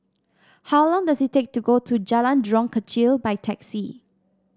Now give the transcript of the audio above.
how long does it take to go to Jalan Jurong Kechil by taxi